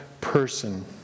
person